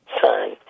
son